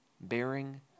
Bearing